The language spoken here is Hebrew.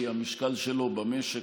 כי המשקל שלו במשק,